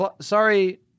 sorry